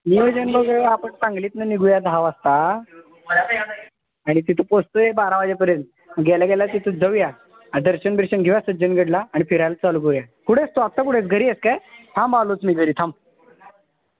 नियोजन बघ आपण सांगलीतनं निघूया दहा वाजता आणि तिथं पोचतो आहे बारा वाजेपर्यंत गेल्या गेल्या तिथं जाऊया दर्शन बिर्शन घेऊया सज्जनगडला आणि फिरायला चालू करूया कुठे आहेस तो आता कुठे आहेस घरी आहेस काय थांब आलोच मी घरी थांब